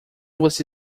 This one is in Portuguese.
você